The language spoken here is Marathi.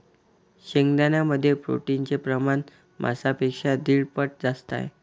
शेंगदाण्यांमध्ये प्रोटीनचे प्रमाण मांसापेक्षा दीड पट जास्त आहे